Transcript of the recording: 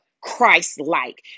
Christ-like